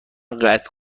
قطع